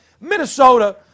Minnesota